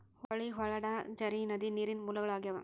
ಹೊಳಿ, ಹೊಳಡಾ, ಝರಿ, ನದಿ ನೇರಿನ ಮೂಲಗಳು ಆಗ್ಯಾವ